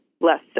less